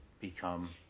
become